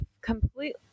completely